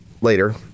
later